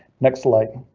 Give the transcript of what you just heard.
next light.